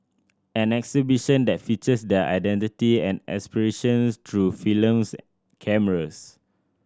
an exhibition that features their identity and aspirations through film cameras